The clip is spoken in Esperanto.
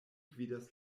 gvidas